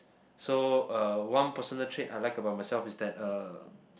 so uh one personal trait I like about myself is that uh